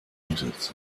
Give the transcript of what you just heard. mittels